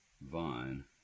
vine